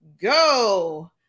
go